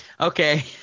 Okay